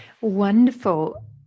Wonderful